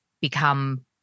become